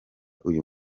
uyu